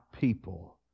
people